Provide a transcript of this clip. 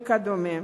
וכדומה.